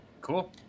Cool